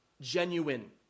genuine